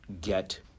get